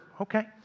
Okay